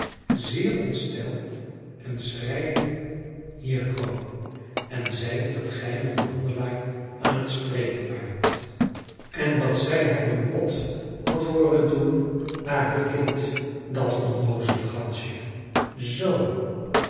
zeer ontsteld en schreiende hier kwam en zeide dat gij met een handelaar aan het spreken waart en dat zij hem een bod had hooren doen naar heur kind dat onnoozele gansje zoo